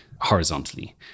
horizontally